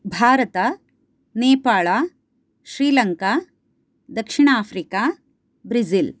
भारत नेपाळ श्रीलङ्का दक्षिण Africa Brazil